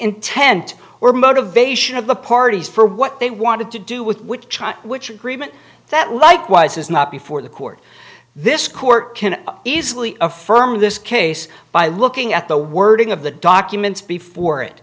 intent or motivation of the parties for what they wanted to do with which which agreement that likewise is not before the court this court can easily affirm this case by looking at the wording of the documents before it